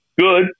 good